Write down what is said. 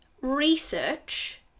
research